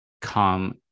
come